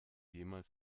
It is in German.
jemals